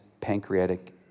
pancreatic